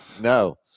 no